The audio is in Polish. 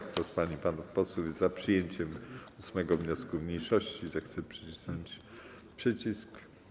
Kto z pań i panów posłów jest za przyjęciem 8. wniosku mniejszości, zechce nacisnąć przycisk.